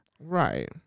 Right